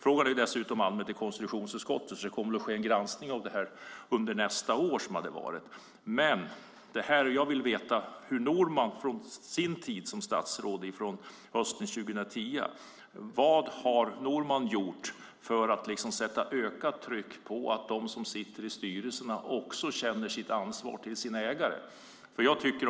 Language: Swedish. Frågan är ju dessutom anmäld till konstitutionsutskottet, så det kommer väl att ske en granskning av detta under nästa år. Jag vill veta vad Norman under sin tid som statsråd, från hösten 2010, har gjort för att sätta ökat tryck på att de som sitter i styrelserna också känner sitt ansvar inför sina ägare.